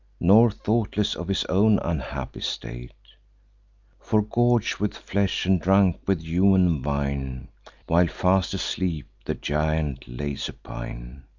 nor thoughtless of his own unhappy state for, gorg'd with flesh, and drunk with human wine while fast asleep the giant lay supine,